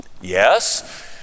Yes